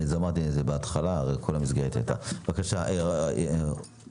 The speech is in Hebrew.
אני מבקשת להוסיף שזה יהיה אך ורק באישור של ועדת